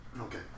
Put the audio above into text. Okay